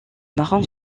marron